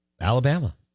Alabama